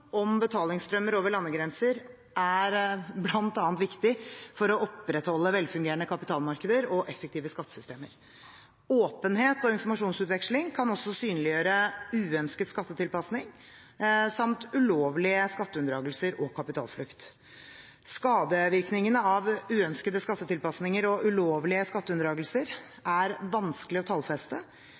om betalingsstrømmer over landegrenser er viktig bl.a. for å opprettholde velfungerende kapitalmarkeder og effektive skattesystemer. Åpenhet og informasjonsutveksling kan også synliggjøre uønsket skattetilpasning samt ulovlige skatteunndragelser og kapitalflukt. Skadevirkningene av uønskede skattetilpasninger og ulovlige skatteunndragelser er vanskelig å tallfeste,